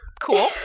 cool